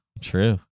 true